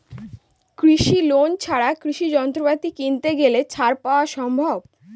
কৃষি লোন ছাড়া কৃষি যন্ত্রপাতি কিনতে গেলে ছাড় পাওয়া সম্ভব?